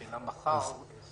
השאלה: מחר זה